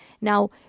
Now